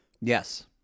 Yes